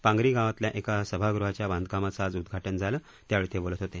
पांगरी गावातल्या एका सभागृहाच्या बांधकामाचं आज उद्घटाटन झालं त्यावेळी ते बोलत होते